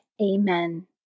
Amen